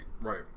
right